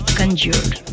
conjured